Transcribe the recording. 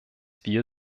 wir